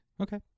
Okay